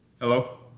Hello